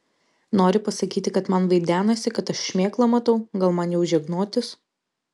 nori pasakyti kad man vaidenasi kad aš šmėklą matau gal man jau žegnotis